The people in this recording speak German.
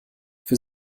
für